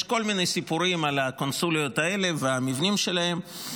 יש כל מיני סיפורים על הקונסוליות האלה והמבנים שלהן,